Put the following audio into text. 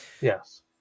Yes